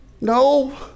No